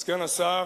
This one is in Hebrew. סגן השר,